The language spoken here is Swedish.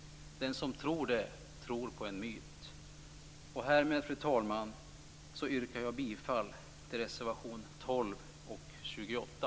Den som tror det tror på en myt. Härmed, fru talman, yrkar jag bifall till reservationerna 12 och 28.